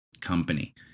Company